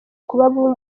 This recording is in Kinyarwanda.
kuba